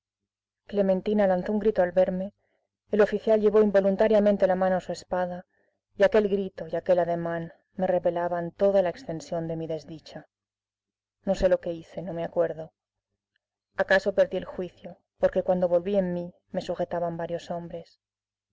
clementina lanzó un grito al verme el oficial llevó involuntariamente la mano a su espada y aquel grito y aquel ademán me revelaban toda la extensión de mi desdicha no sé lo que hice no me acuerdo acaso perdí el juicio porque cuando volví en mí me sujetaban varios hombres